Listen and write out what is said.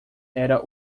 era